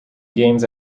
games